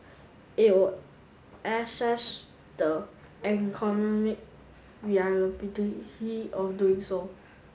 it will assess the of doing so